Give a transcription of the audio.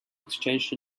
exchanged